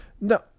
No